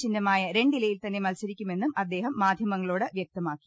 ചിഹ്നമായ രണ്ടിലയിൽതന്നെ മത്സരിക്കുമെന്നും അദ്ദേ ഹം മാധ്യമങ്ങളോട് വൃക്തമാക്കി